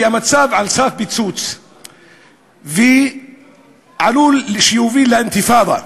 כי המצב על סף פיצוץ ועלול להוביל לאינתיפאדה.